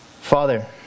Father